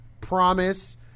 promise